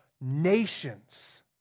nations